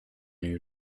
new